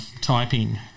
typing